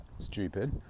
stupid